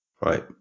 right